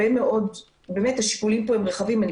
אני הכי בעד פתיחה רחבה ככל